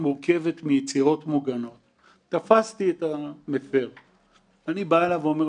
הרוב המכריע של כל היצירות של המאה ה-20 אינן בעלות ערך כלכלי,